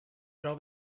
prou